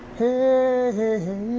hey